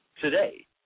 today